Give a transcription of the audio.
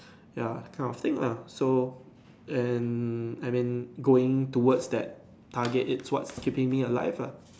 ya this kind of thing lah so and I mean going towards that target is what's keeping me alive lah